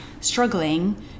struggling